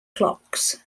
clocks